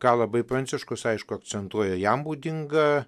ką labai pranciškus aišku akcentuoja jam būdinga